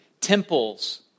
temples